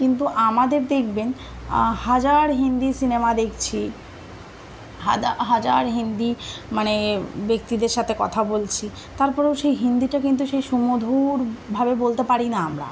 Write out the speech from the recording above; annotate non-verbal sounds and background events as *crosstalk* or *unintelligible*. কিন্তু আমাদের দেখবেন হাজার হিন্দি সিনেমা দেখছি *unintelligible* হাজার হিন্দি মানে ব্যক্তিদের সাথে কথা বলছি তারপরেও সেই হিন্দিটা কিন্তু সেই সুমধুরভাবে বলতে পারি না আমরা